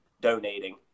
donating